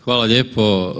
Hvala lijepo.